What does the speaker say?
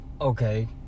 okay